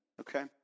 okay